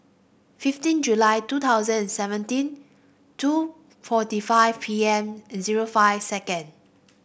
fifteen July two thousand and seventeen two forty seven P M zero five second